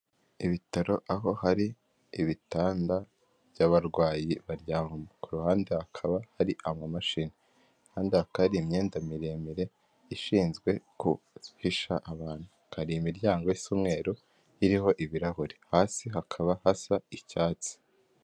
Ibitaro aho hari ibitanda by'abarwayi baryamamo, ku ruhande hakaba hari amamashini, kandi haka hari imyenda miremire ishinzwe guhisha abantu, hari imiryango isa umweru iriho ibirahuri, hasi hakaba hasa icyatsi.